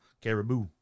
Caribou